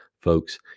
folks